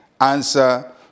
answer